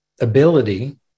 ability